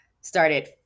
started